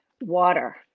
water